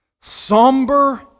somber